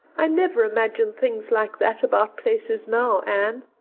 i never imagine things like that about places now, anne.